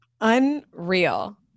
Unreal